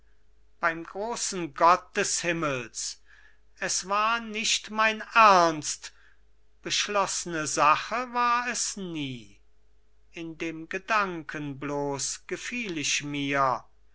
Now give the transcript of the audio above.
beim großen gott des himmels es war nicht mein ernst beschloßne sache war es nie in dem gedanken bloß gefiel ich mir